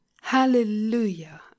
Hallelujah